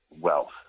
wealth